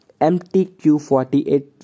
MTQ48